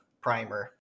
primer